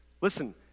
Listen